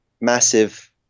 massive